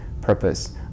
purpose